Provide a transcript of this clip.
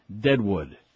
Deadwood